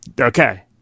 okay